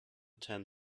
ten